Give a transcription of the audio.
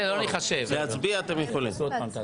להצביע אתם יכולים.